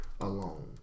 alone